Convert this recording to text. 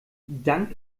dank